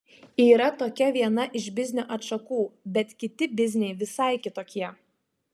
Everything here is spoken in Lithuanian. yra tokia viena iš biznio atšakų bet kiti bizniai visai kitokie